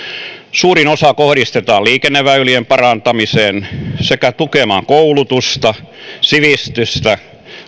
suurin osa kohdistetaan liikenneväylien parantamiseen sekä tukemaan koulutusta sivistystä